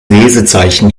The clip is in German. lesezeichen